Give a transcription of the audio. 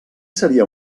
seria